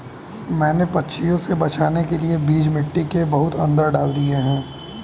मैंने पंछियों से बचाने के लिए बीज मिट्टी के बहुत अंदर डाल दिए हैं